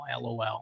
lol